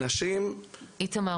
איתמר,